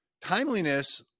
timeliness